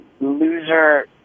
loser